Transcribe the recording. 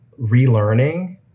relearning